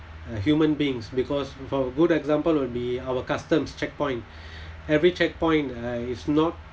uh human beings because for good example will be our customs checkpoint every checkpoint uh it's not